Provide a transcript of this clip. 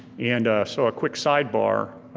and so a quick sidebar,